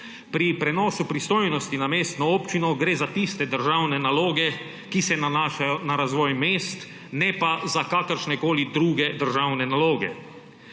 Pri prenosu pristojnosti na mestno občino gre za tiste državne naloge, ki se nanašajo na razvoj mest, ne pa za kakršnekoli druge državne naloge.